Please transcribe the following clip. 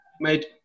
made